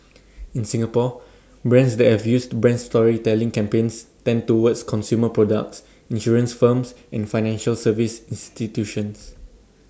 in Singapore brands that have used brand storytelling campaigns tend towards consumer products insurance firms and financial service institutions